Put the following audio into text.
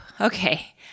Okay